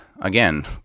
Again